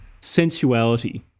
Sensuality